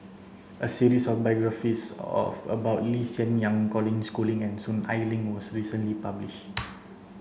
a series of biographies of about Lee Hsien Yang Colin Schooling and Soon Ai Ling was recently published